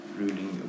ruling